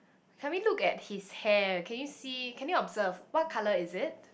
shall we look at his hair can you see can you observe what colour is it